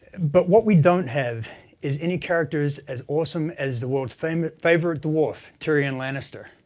but what we don't have is any characters as awesome as the world's favorite favorite dwarf, tyrion lannister.